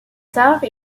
tard